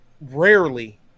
Rarely